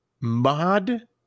Mod